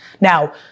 Now